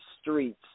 streets